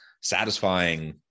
satisfying